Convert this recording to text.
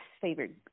favorite